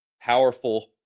powerful